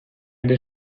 ere